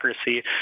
accuracy